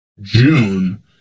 june